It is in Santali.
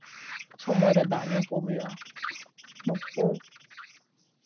ᱥᱚᱢᱚᱭ ᱨᱮ ᱫᱟᱜ ᱧᱩᱣᱟᱠᱚ ᱦᱩᱭᱩᱜᱼᱟ ᱱᱩᱠᱩ